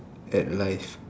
at life